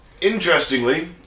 interestingly